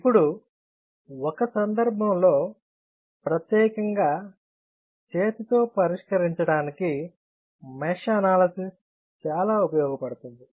ఇప్పుడు ఒక సందర్భంలో ప్రత్యేకంగా చేతితో పరిష్కరించడానికి మెష్ అనాలసిస్ చాలా ఉపయోగపడుతుంది